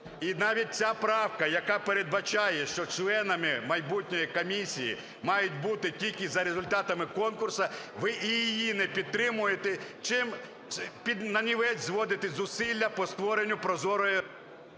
І навіть ця правка, яка передбачає, що членами майбутньої комісії мають бути тільки за результатами конкурсу, ви і її не підтримуєте, чим нанівець зводите зусилля по створенню прозорої…